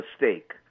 mistake